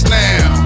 now